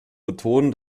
betonen